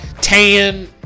tan